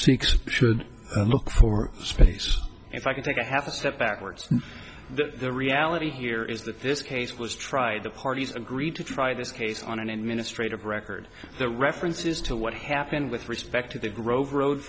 sikh's should look for space if i could take a half a step backwards the reality here is that this case was tried the parties agreed to try this case on an administrative record that references to what happened with respect to the grove road